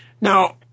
Now